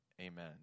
amen